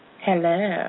Hello